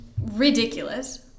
ridiculous